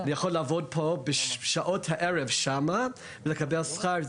הוא יכול לעבוד פה בשעות הערב שם ולקבל שכר.